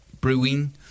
brewing